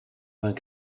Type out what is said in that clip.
vingt